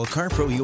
CarPro